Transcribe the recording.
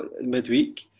midweek